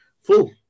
Full